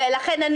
ולכן,